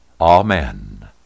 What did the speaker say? Amen